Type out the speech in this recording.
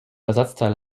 ersatzteil